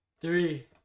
Three